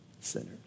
sinners